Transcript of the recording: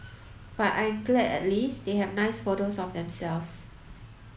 but I'm glad at least they have nice photos of themselves